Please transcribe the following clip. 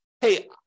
hey